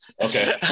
okay